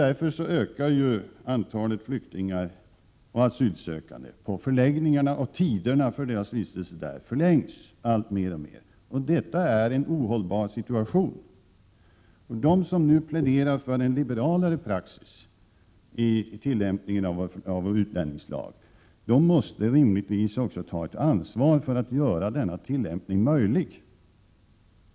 Därför ökar antalet flyktingar och asylsökande på förläggningarna, och tiderna för deras vistelse där förlängs alltmer. Detta är en ohållbar situation. De som nu pläderar för en liberalare praxis i tillämpningen av vår utlänningslag måste rimligtvis också ta ett ansvar för att göra denna tillämpning möjlig.